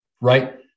right